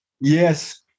yes